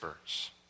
verse